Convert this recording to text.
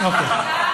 שר המדע.